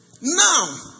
Now